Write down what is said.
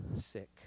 sick